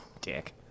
Dick